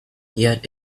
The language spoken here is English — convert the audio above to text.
yet